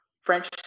French